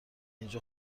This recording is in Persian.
اینجا